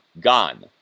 gone